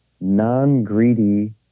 non-greedy